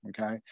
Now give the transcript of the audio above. okay